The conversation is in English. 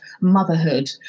motherhood